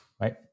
Right